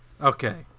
Okay